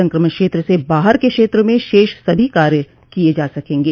संक्रमण क्षेत्र से बाहर के क्षेत्रों में शेष सभी कार्य किए जा सकेंगे